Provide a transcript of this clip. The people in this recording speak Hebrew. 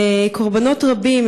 וקורבנות רבים,